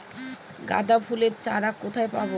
গাঁদা ফুলের চারা কোথায় পাবো?